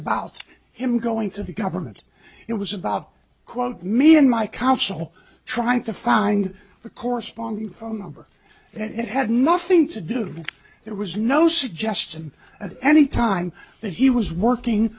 about him going to the government it was about quote me and my counsel trying to find the corresponding phone number and it had nothing to do with it was no suggestion at any time that he was working